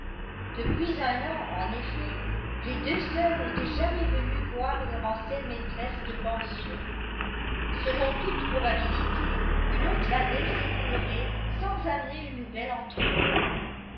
depuis un an en effet les deux sœurs n'étaient jamais venues voir leur ancienne maîtresse de pension selon toute probabilité une autre année s'écoulerait sans amener une nouvelle entrevue